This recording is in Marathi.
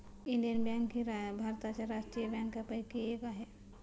इंडियन बँक ही भारताच्या राष्ट्रीय बँकांपैकी एक आहे